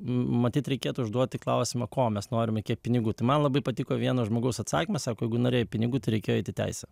matyt reikėtų užduoti klausimą ko mes norime kiek pinigų tai man labai patiko vieno žmogaus atsakymas sako jeigu norėjai pinigų tai reikėjo eit į teisę